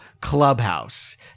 clubhouse